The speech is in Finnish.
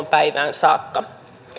saakka